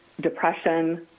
depression